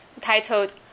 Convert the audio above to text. titled